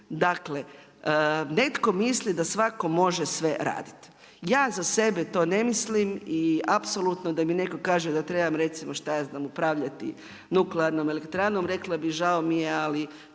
Dakle, netko misli da svatko može sve raditi. Ja za sebe to ne mislim i apsolutno da mi netko kaže da trebam recimo šta ja znam upravljati nuklearnom elektranom rekla bih žao mi je, ali